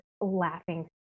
laughing